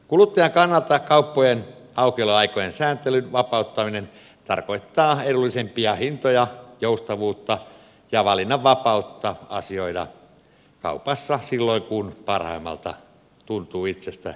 kuluttajan kannalta kauppojen aukioloaikojen sääntelyn vapauttaminen tarkoittaa edullisempia hintoja joustavuutta ja valinnanvapautta asioida kaupassa silloin kun parhaimmalta tuntuu itsestä ja perheestä